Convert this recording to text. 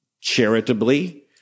charitably